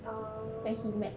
orh